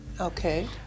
Okay